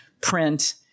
print